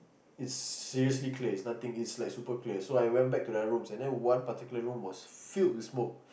it's seriously clear it's nothing it's like super clear so I went back to their rooms and then one particular room was filled with smoke